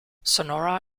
sonora